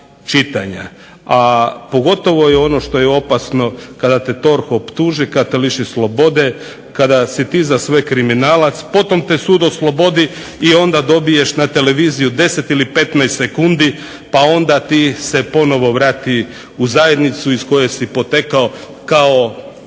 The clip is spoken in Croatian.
A pogotovo je ono što je opasno kada te DORH optuži kada te liši slobode, kada si ti za sve kriminalac, potom te sud oslobodi i onda dobiješ na TV-u 10 ili 15 sekundi pa onda ti se ponovno vrati u zajednicu iz koje si potekao kao